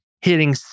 hitting